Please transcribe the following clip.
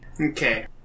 Okay